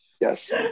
Yes